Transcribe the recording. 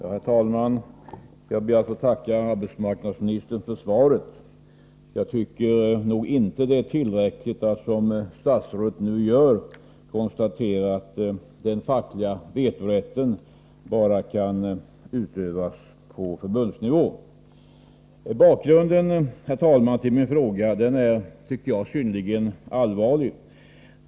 Herr talman! Jag ber att få tacka arbetsmarknadsministern för svaret. Jag tycker inte det är tillräckligt att, som statsrådet nu gör, konstatera att den fackliga vetorätten bara kan utövas på förbundsnivå. Bakgrunden till min fråga är synnerligen allvarlig.